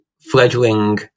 fledgling